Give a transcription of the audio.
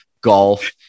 golf